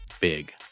big